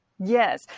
yes